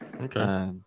Okay